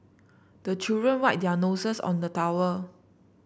the children wipe their noses on the towel